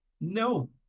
no